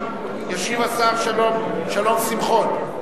ישיב השר שלום שמחון.